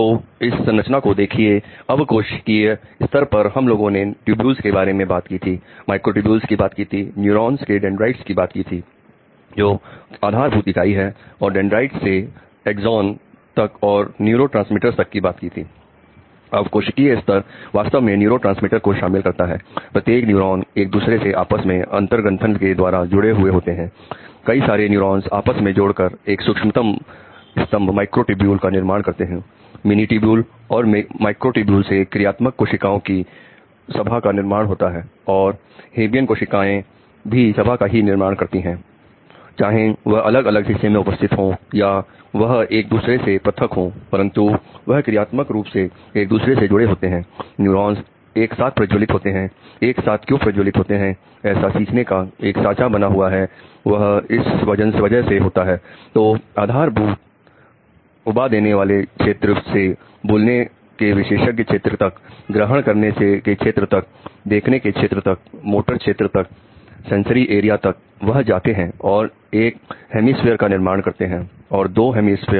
तो इस संरचना को देखिए अवकोशिकीय स्तर पर हम लोगों ने नलिकाओं